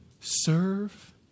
serve